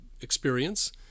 experience